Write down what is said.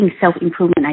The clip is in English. self-improvement